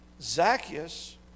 Zacchaeus